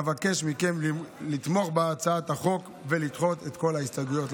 אבקש מכם לתמוך בהצעת החוק ולדחות את כל ההסתייגויות,